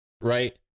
right